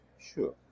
Sure